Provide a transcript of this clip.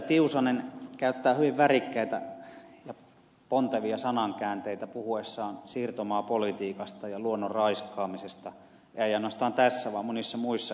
tiusanen käyttää hyvin värikkäitä ja pontevia sanankäänteitä puhuessaan siirtomaapolitiikasta ja luonnon raiskaamisesta ja ei ainoastaan tässä vaan monissa muissakin yhteyksissä